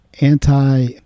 anti